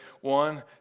One